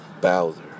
Bowser